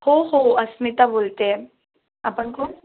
हो हो अस्मिता बोलत आहे आपण कोण